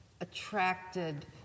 attracted